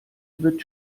wird